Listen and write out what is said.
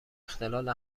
اختلال